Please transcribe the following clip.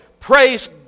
Praise